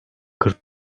kırk